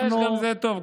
חמש, גם זה טוב.